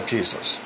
Jesus